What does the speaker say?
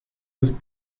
was